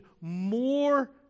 more